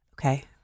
Okay